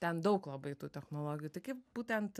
ten daug labai tų technologijų tai kaip būtent